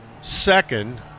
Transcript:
second